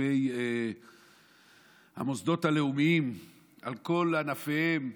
מכספי המוסדות הלאומיים על כל ענפיהם